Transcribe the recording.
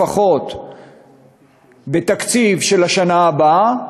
לפחות בתקציב של השנה הבאה,